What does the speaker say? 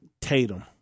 Tatum